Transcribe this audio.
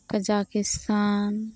Kazakhstan